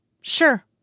Sure